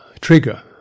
trigger